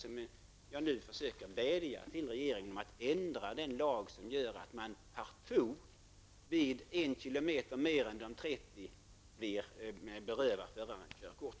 Jag vädjar nu till regeringen att lägga fram förslag om ändring av den lag som gör att man partout vid en överträdelse av hastigheten med en kilometer över de tillåtna 30 blir fråntagen körkortet.